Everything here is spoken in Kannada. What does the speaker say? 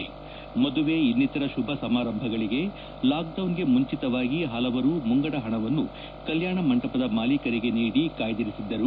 ಸಾರ್ವಜನಿಕರು ಮದುವೆ ಇನ್ನಿತರ ಶುಭ ಸಮಾರಂಭಗಳಿಗೆ ಲಾಕ್ಡೌನ್ ಮುಂಚತವಾಗಿ ಮುಂಗಡ ಹಣವನ್ನು ಕಲ್ಯಾಣ ಮಂಟಪದ ಮಾಲೀಕರಿಗೆ ನೀಡಿ ಕಾಯ್ನಿರಿಸಿದ್ದರು